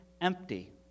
empty